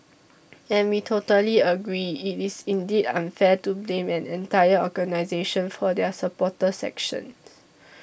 and we totally agree it is indeed unfair to blame an entire organisation for their supporters actions